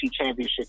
Championship